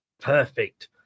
Perfect